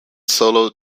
solo